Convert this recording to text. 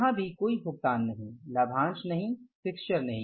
यहाँ भी कोई भुगतान नहीं लाभांश नहीं फिक्स्चर नहीं